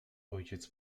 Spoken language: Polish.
ojciec